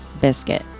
biscuit